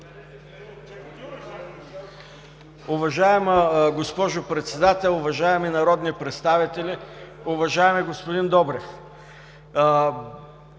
Уважаема госпожо Председател, уважаеми народни представители, уважаеми господин Добрев!